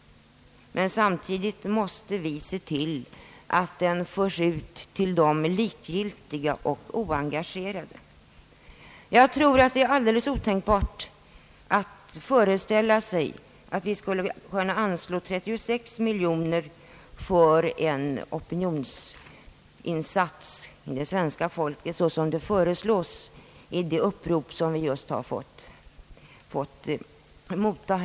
Men samtidigt måste vi se till att den förs ut till de likgiltiga och oengagerade. Jag tror att det är helt otänkbart att föreställa sig att vi skulle kunna anslå 36 miljoner kronor för en opinionsinsats bland det svenska folket, såsom föreslås i det upprop som vi just har fått mottaga.